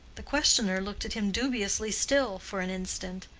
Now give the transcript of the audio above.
the questioner looked at him dubiously still for an instant,